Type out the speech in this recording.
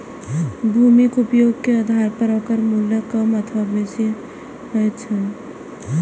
भूमिक उपयोगे के आधार पर ओकर मूल्य कम अथवा बेसी होइत छैक